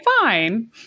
fine